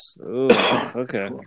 okay